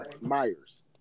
Myers